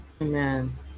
amen